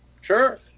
sure